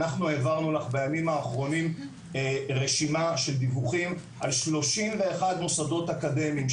אנחנו העברנו לך בימים האחרונים רשימה של דיווחים על 31 מוסדות אקדמיים,